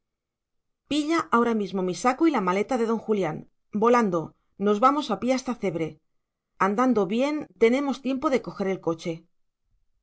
pilla ahora mismo mi saco y la maleta de don julián volando nos vamos a pie hasta cebre andando bien tenemos tiempo de coger el coche